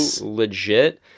legit